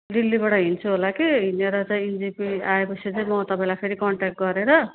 दिल्लीबाट हिँड्छु होला कि हिँडेर चाहिँ एनजेपी आएपछि चाहिँ म तपाईँलाई फेरि कन्ट्याक्ट गरेर